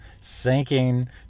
Sinking